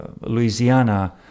Louisiana